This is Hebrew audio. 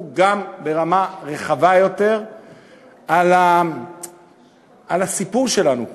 גם ברמה רחבה יותר של הסיפור שלנו פה.